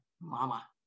mama